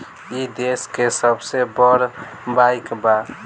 ई देस के सबसे बड़ बईक बा